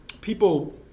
people